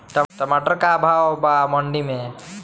टमाटर का भाव बा मंडी मे?